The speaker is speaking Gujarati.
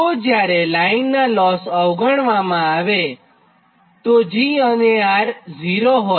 તો જ્યારે લાઇનનાં લોસ અવગણવામાં આવેg અને r એ 0 હોય